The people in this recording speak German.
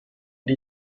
die